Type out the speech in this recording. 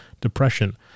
depression